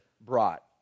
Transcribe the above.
brought